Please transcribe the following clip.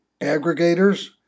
aggregators